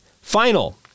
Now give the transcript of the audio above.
Final